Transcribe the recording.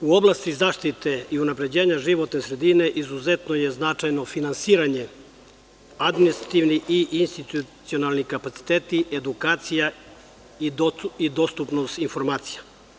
U oblasti zaštite i unapređenja životne sredine, izuzetno je značajno finansiranje, administrativni i institucionalni kapaciteti, edukacija i dostupnost informacija.